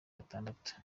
batandatu